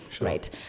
right